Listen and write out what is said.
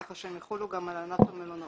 כך שהן יחולו גם על ענף המלונאות.